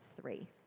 three